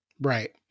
Right